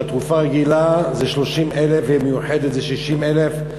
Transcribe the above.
תרופה רגילה זה 30,000 ש"ח ועל מיוחדת זה 60,000 ש"ח,